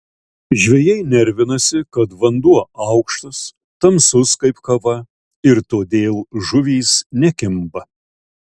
žvejai nervinasi kad vanduo aukštas tamsus kaip kava ir todėl žuvys nekimba